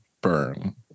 burn